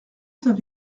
saint